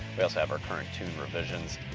we also have our current tune revisions,